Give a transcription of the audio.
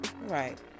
Right